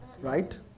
Right